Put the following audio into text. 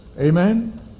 Amen